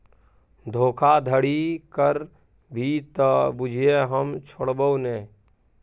धोखाधड़ी करभी त बुझिये हम छोड़बौ नै